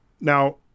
Now